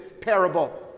parable